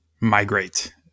migrate